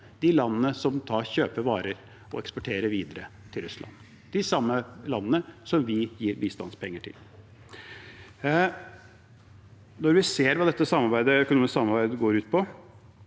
de landene som kjøper varer og eksporterer videre til Russland, de samme landene som vi gir bistandspenger til. Når vi ser hva dette økonomiske samarbeidet går ut på,